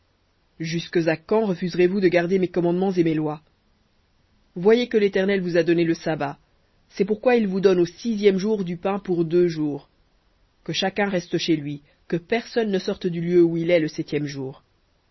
jusques à quand refuserez-vous de garder mes commandements et mes lois voyez que l'éternel vous a donné le sabbat c'est pourquoi il vous donne au sixième jour du pain pour deux jours que chacun reste chez lui que personne ne sorte du lieu où il est le septième jour